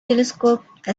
telescope